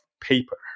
paper